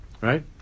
Right